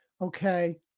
Okay